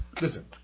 Listen